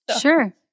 Sure